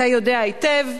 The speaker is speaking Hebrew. אתה יודע היטב,